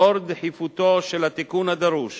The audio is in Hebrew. לאור דחיפותו של התיקון הדרוש